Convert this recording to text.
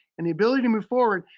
and the ability to move forward.